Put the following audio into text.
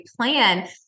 plan